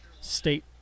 State